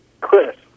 Chris